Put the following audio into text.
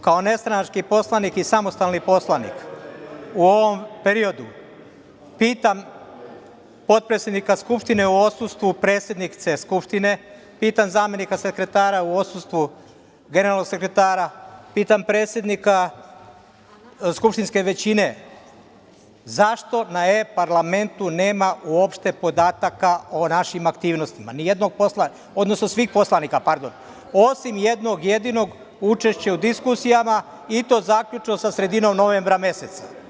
Kao nestranački poslanik i samostalni poslanik u ovom periodu pitam potpredsednika Skupštine u odsustvu predsednice Skupštine, pitam zamenika sekretara u odsustvu generalnog sekretara, pitam predsednika skupštinske većine – zašto na e-parlamentu nema uopšte podataka o našim aktivnostima, ni jednog poslanika, odnosno svih poslanika, pardon, osim jednog jedinog – učešće u diskusijama i to zaključno sa sredinom novembra meseca?